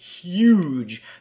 huge